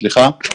הם